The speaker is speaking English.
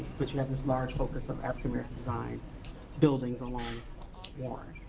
which you have this large focus of african american designed buildings along warren.